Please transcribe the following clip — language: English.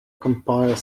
compile